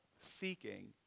seeking